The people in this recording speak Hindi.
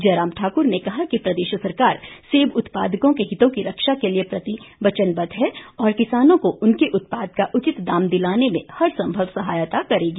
जयराम ठाकुर ने कहा कि प्रदेश सरकार सेब उत्पादकों के हितों की रक्षा के प्रति वचनबद्व है और किसानों को उनके उत्पाद का उचित दाम दिलाने में हर संभव सहायता करेगी